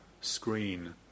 screen